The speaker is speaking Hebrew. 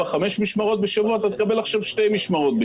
משמרות בשבוע עכשיו הוא יקבל שתי משמרות.